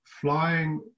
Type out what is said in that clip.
flying